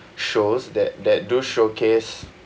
shows that that do showcase